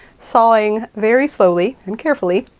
sawing very slowly and carefully,